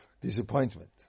disappointment